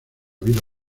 vida